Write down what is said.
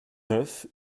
neuf